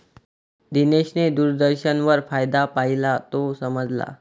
दिनेशने दूरदर्शनवर फायदा पाहिला, तो समजला